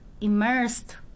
immersed